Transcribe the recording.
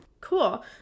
cool